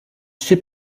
ship